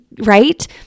Right